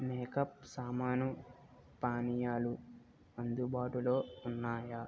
makeup సామాను పానీయాలు అందుబాటులో ఉన్నాయా